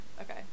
Okay